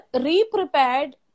re-prepared